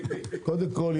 קודם כל,